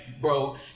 bro